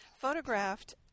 photographed